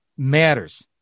matters